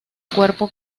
cuerpo